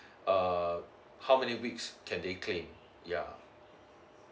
err how many weeks can they claim yeah